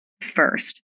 first